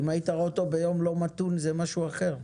אם היית רואה אותו ביום לא מתון זה משהו אחר.